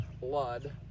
blood